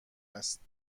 است